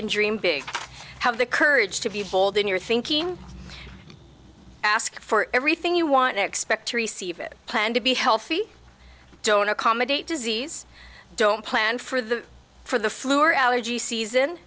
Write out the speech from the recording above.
and dream big have the courage to be bold in your thinking ask for everything you want expect to receive it plan to be healthy don't accommodate disease don't plan for the for the flu or allergy season